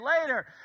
later